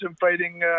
Fighting